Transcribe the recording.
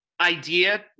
idea